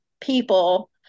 people